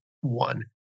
one